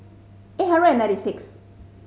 eight hundred and ninety sixth